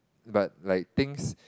but like things